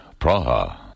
Praha